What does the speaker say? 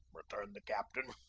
returned the captain.